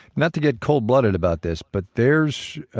not to get cold blooded about this, but there's